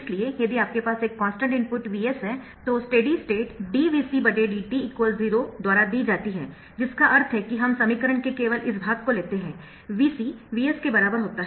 इसलिए यदि आपके पास एक कॉन्स्टन्ट इनपुट Vs है तो स्टेडी स्टेट d Vcdt 0 द्वारा दी जाती है जिसका अर्थ है कि हम समीकरण के केवल इस भाग को लेते है Vc Vs के बराबर होता है